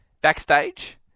Backstage